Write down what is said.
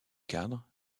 cadres